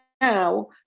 now